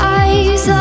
eyes